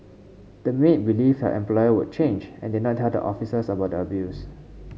the maid believed her employer would change and did not tell the officers about the abuse